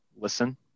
listen